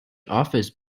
office